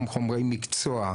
גם חומרי מקצוע,